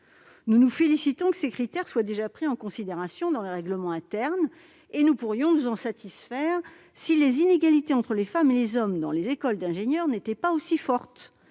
Nous nous félicitons que ces critères soient déjà pris en considération dans les règlements internes et nous pourrions même nous en satisfaire si les inégalités entre les femmes et les hommes dans les écoles d'ingénieurs ne demeuraient pas aussi fortes.